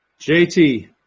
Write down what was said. JT